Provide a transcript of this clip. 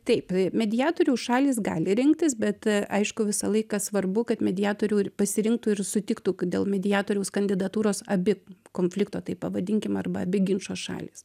taip mediatorių šalys gali rinktis bet aišku visą laiką svarbu kad mediatorių ir pasirinktų ir sutiktų dėl mediatoriaus kandidatūros abi konflikto taip pavadinkim arba abi ginčo šalys